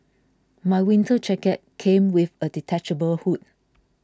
my winter jacket came with a detachable hood